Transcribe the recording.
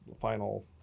final